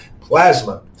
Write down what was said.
plasma